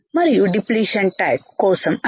మరియు depletion type కోసం అని